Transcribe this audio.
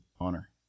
honor